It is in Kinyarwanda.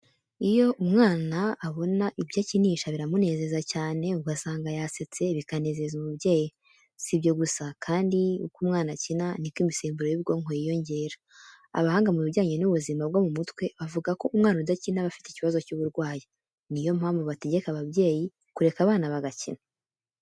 Iyo umwana abona ibyo akinisha biramunezeza cyane ugasanga yasetse bikanezeza umubyeyi. Si ibyo gusa kandi uko umwana akina ni ko imisemburo y'ubwonko yiyongera. Abahanga mu bijyanye n'ubuzima bwo mu mutwe bavuga ko umwana udakina aba afite ikibazo cy'uburwayi. Ni yo mpamvu bategeka ababyeyi kureka abana bagakina.